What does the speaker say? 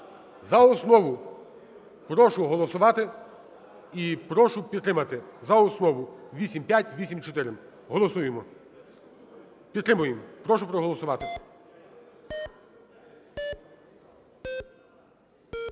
За основу прошу голосувати. І прошу підтримати за основу 8584. Голосуємо. Підтримуємо, прошу проголосувати.